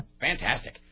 Fantastic